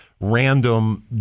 random